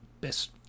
Best